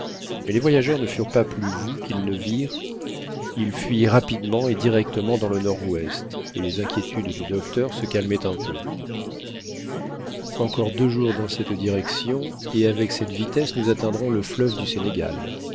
mais les voyageurs ne furent pas plus vus qu'ils ne virent ils fuyaient rapidement et directement dans le nord-ouest et les inquiétudes du docteur se calmaient peu à peu encore deux jours dans cette direction et avec cette vitesse nous atteindrons le fleuve du sénégal